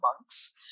monks